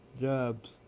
jobs